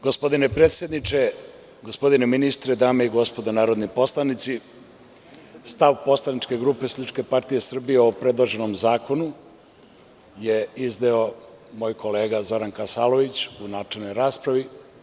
Gospodine predsedniče, gospodine ministre, dame i gospodo narodni poslanici, stav Poslaničke grupe SPS o predloženom zakonu je izneo moj kolega Zoran Kasalović u načelnoj raspravi.